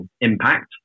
impact